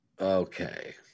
Okay